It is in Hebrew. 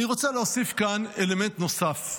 אני רוצה להוסיף כאן אלמנט נוסף,